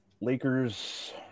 Lakers